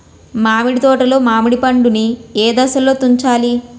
మామిడి తోటలో మామిడి పండు నీ ఏదశలో తుంచాలి?